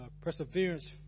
perseverance